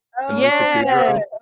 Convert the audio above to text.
Yes